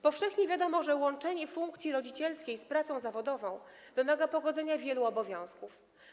Powszechnie wiadomo, że łączenie funkcji rodzicielskiej z pracą zawodową wymaga pogodzenia wielu obowiązków.